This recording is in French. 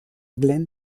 glenn